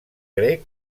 grec